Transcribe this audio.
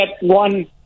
one